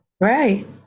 Right